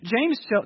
James